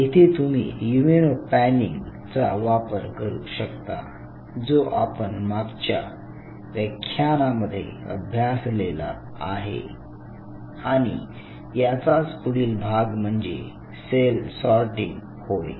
येथे तुम्ही immunopanning चा वापर करू शकता जो आपण मागच्या व्याख्यानामध्ये अभ्यासलेला आहे आणि याचाच पुढील भाग म्हणजे सेल सॉर्टिंग होय